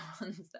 ones